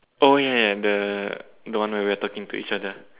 oh ya ya the the one where we're talking to each other